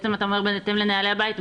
אתה אומר בהתאם לנהלי הבית,